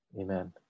amen